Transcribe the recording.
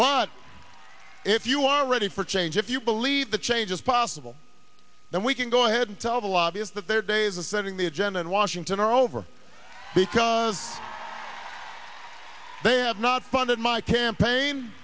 but if you are ready for change if you believe that change is possible then we can go ahead and tell the lobbyists that their days of setting the agenda in washington are over because they have not funded my campaign